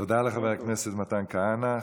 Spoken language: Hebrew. תודה לחבר הכנסת מתן כהנא.